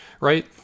right